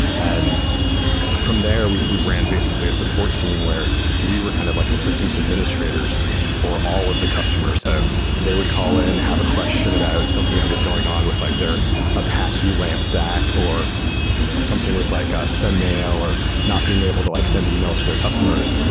and from there, we we ran basically a support team where we were kind of like the systems administrators for all of the customer. so they would call in, have a question about something that was going on with like their apache lamp stack or something with like ah a sendmail or not being able to like send emails to their customers.